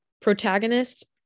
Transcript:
Protagonist